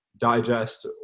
digest